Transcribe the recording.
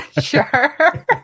Sure